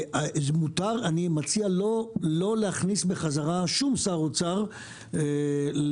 אני מציע לא להכניס בחזרה שום שר אוצר למציאות